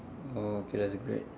oh okay that's great